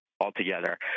altogether